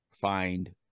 find